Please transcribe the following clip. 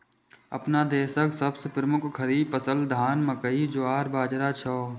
अपना देशक सबसं प्रमुख खरीफ फसल धान, मकई, ज्वार, बाजारा छियै